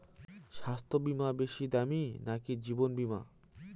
স্বাস্থ্য বীমা বেশী দামী নাকি জীবন বীমা?